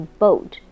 boat